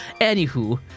anywho